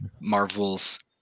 Marvel's